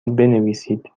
بنویسید